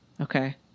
okay